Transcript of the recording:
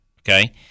Okay